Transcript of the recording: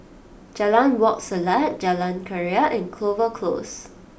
Jalan Wak Selat Jalan Keria and Clover Close